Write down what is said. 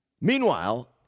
Meanwhile